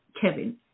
Kevin